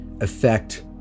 affect